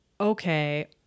okay